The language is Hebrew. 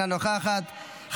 אינה נוכחת,